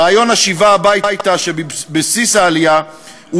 רעיון השיבה הביתה שבבסיס העלייה הוא